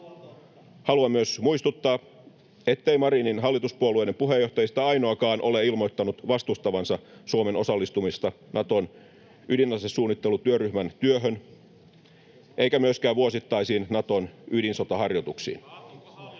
Haluan myös muistuttaa, ettei Marinin hallituspuolueiden puheenjohtajista ainoakaan ole ilmoittanut vastustavansa Suomen osallistumista Naton ydinasesuunnittelutyöryhmän työhön eikä myöskään vuosittaisiin Naton ydinsotaharjoituksiin.